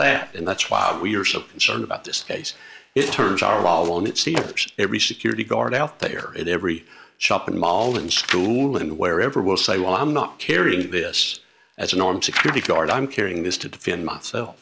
that and that's why we're so concerned about this case it turns are all in it seems every security guard out there at every shopping mall and school and wherever will say well i'm not carrying this as an armed security guard i'm carrying this to defend